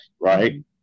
right